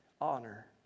honor